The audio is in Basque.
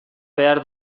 behar